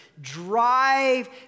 drive